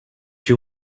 you